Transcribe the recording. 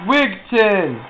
Wigton